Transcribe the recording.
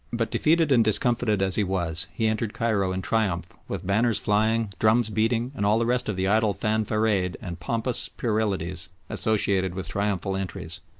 but defeated and discomfited as he was, he entered cairo in triumph with banners flying, drums beating, and all the rest of the idle fanfaronade and pompous puerilities associated with triumphal entries.